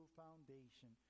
foundation